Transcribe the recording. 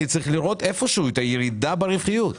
אני צריך לראות איפשהו את הירידה ברווחיות.